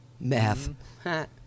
math